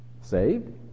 Saved